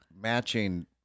matching